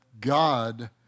God